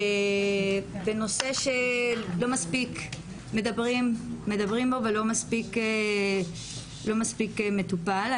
בנושא שלא מספיק מדברים בו ולא מספיק מטופל.